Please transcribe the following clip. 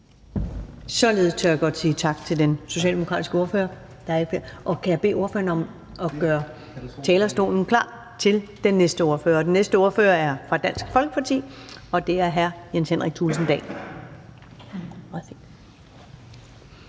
Således tør jeg godt sige tak til den socialdemokratiske ordfører og bede ordføreren om at gøre talerstolen klar til den næste ordfører. Og den næste ordfører er fra Dansk Folkeparti, og det er hr. Jens Henrik Thulesen Dahl.